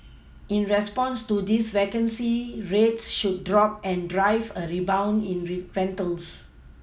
in response to this vacancy rates should drop and drive a rebound in rentals